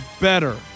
better